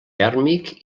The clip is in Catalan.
tèrmic